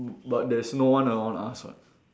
b~ but there's no one around us [what]